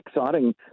exciting